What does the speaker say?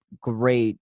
great